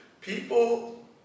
people